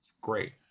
great